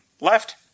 left